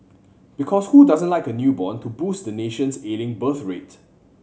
because who doesn't like a newborn to boost the nation's ailing birth rate